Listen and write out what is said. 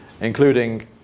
including